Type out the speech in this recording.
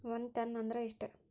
ಒಂದ್ ಟನ್ ಅಂದ್ರ ಎಷ್ಟ?